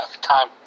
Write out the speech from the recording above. time